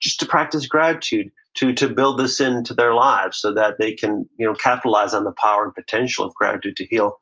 just to practice gratitude, to to build this into their lives so that they can you know capitalize on the power and potential of gratitude to heal,